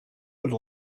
would